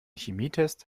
chemietest